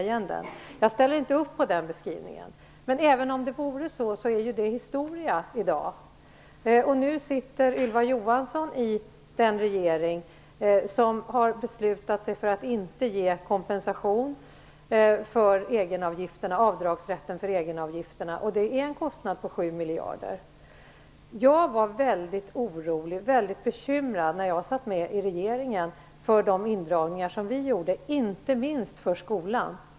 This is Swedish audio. Jag ställer inte upp på den beskrivningen. Men även om det vore så, är det ju historia i dag. Nu sitter Ylva Johansson med i den regering som har beslutat sig för att inte ge kompensation för avdragsrätten för egenavgifterna, och det är en kostnad på 7 miljarder. När jag satt med i regeringen var jag väldigt orolig och bekymrad över de indragningar som vi gjorde, inte minst på skolans område.